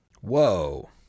Whoa